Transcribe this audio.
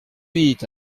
huit